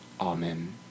Amen